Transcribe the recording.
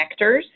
connectors